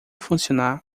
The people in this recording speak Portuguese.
funcionar